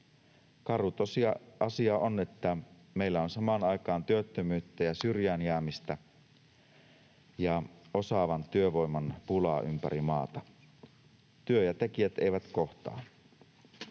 Karu tosiasia on, että meillä on samaan aikaan työttömyyttä ja syrjään jäämistä ja osaavan työvoiman pula ympäri maata. Työ ja tekijät eivät kohtaa.